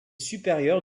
supérieur